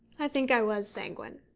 i think i was sanguine.